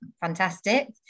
fantastic